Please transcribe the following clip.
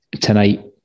tonight